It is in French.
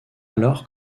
alors